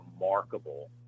remarkable